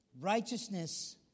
righteousness